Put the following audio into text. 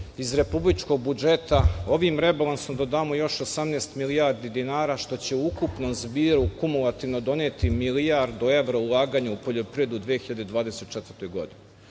iz Republičkog budžeta ovim rebalansom dodamo još 18 milijardi dinara što će ukupnom zbiru kumulativno doneti milijardu evra ulaganja u poljoprivredu 2024. godine.